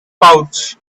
pouch